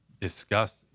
discuss